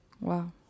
Wow